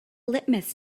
litmus